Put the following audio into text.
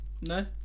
no